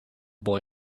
boy